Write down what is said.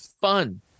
fun